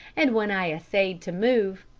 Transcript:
and when i essayed to move,